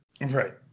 Right